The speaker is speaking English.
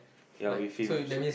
ya with him so